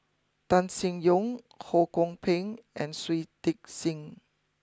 Tan Sin Yong Ho Kwon Ping and Shui Tit sing